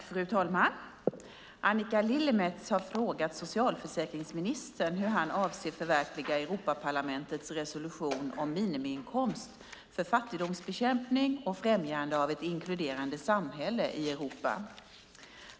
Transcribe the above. Fru talman! Annika Lillemets har frågat socialförsäkringsministern hur han avser att förverkliga Europaparlamentets resolution om minimiinkomst för fattigdomsbekämpning och främjande av ett inkluderande samhälle i Europa.